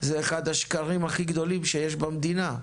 זה אחד השקרים הכי גדולים שיש במדינה.